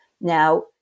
Now